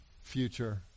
future